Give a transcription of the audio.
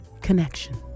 connection